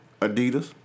Adidas